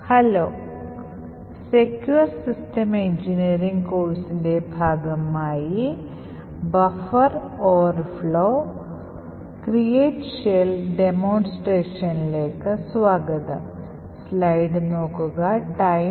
hello secure system engineering കോഴ്സിന്റെ ഭാഗമായി ഈ ഡെമോൺസ്ട്രേഷൻ ലേക്ക് സ്വാഗതം